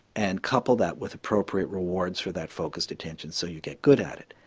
and couple that with appropriate rewards for that focused attention so you get good at it.